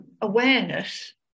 awareness